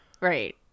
Right